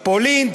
פולין,